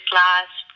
last